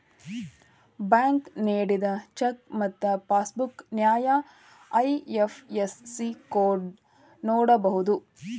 bank ನೇಡಿದ cheque ಮತ್ತ passbook ನ್ಯಾಯ ಐ.ಎಫ್.ಎಸ್.ಸಿ ಕೋಡ್ನ ನೋಡಬೋದು